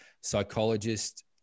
psychologist